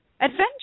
adventure